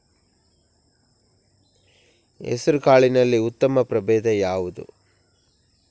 ಹೆಸರುಕಾಳಿನಲ್ಲಿ ಉತ್ತಮ ಪ್ರಭೇಧ ಯಾವುದು?